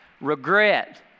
regret